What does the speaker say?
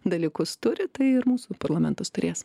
dalykus turi tai ir mūsų parlamentas turės